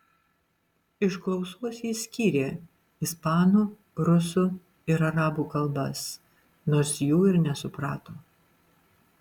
iš klausos jis skyrė ispanų rusų ir arabų kalbas nors jų ir nesuprato